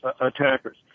attackers